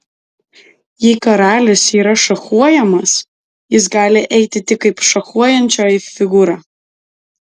jei karalius yra šachuojamas jis gali eiti tik kaip šachuojančioji figūra